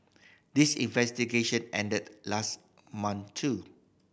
this investigation ended last month too